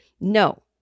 No